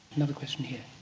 another question here.